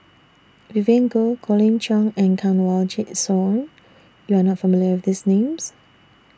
Vivien Goh Colin Cheong and Kanwaljit Soin YOU Are not familiar with These Names